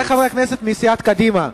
חברי חברי הכנסת מסיעת קדימה,